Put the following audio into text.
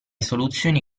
soluzioni